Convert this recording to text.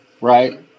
right